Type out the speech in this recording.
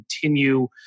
continue